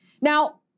Now